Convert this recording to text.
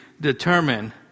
determine